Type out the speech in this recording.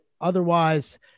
Otherwise